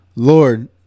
Lord